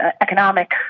economic